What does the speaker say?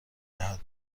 جهت